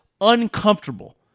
Uncomfortable